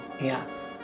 Yes